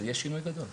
זה יהיה שינוי גדול.